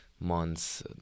months